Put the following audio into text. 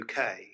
UK